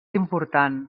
important